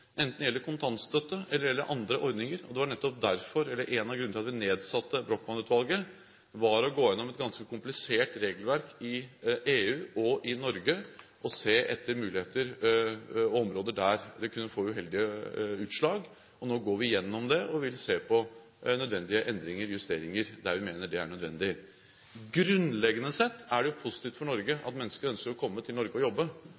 enten det gjelder kontantstøtte, eller det gjelder andre ordninger. En av grunnene til at vi nedsatte Brochmann-utvalget, var nettopp å gå gjennom et ganske komplisert regelverk i EU og i Norge og se etter mulige områder der det kunne få uheldige utslag. Nå går vi gjennom det, og vi vil se på nødvendige endringer/justeringer der vi mener det er nødvendig. Grunnleggende sett er det positivt for Norge at mennesker ønsker å komme til Norge å jobbe.